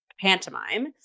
pantomime